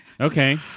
Okay